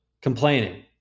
complaining